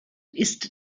ist